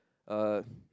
uh